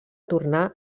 tornar